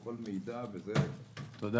לכל מידע, וזה --- תודה.